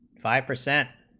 five percent